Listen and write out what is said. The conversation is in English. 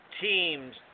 teams